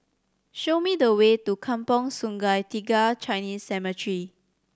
show me the way to Kampong Sungai Tiga Chinese Cemetery